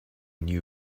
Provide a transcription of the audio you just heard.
new